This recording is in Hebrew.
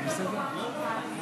לברך את